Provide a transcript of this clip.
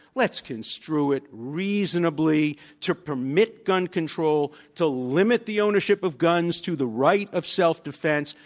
let's construe it reasonably to permit gun control, to limit the ownership of guns to the right of self-defense,